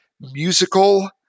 musical